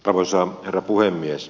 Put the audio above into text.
arvoisa herra puhemies